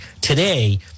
Today